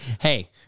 Hey